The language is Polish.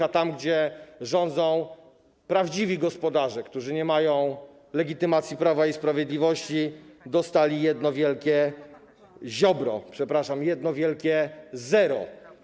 A prawdziwi gospodarze, którzy nie mają legitymacji Prawa i Sprawiedliwości, dostali jedno wielkie Ziobro, przepraszam, jedno wielkie zero.